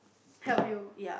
help you